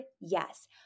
yes